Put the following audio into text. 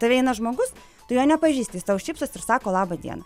tave eina žmogus tu jo nepažįsti jis tau šypsosi ir sako laba diena